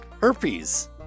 Herpes